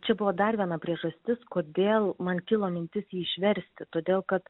čia buvo dar viena priežastis kodėl man kilo mintis jį išversti todėl kad